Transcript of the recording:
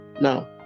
Now